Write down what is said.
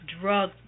drug